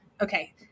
okay